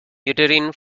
uterine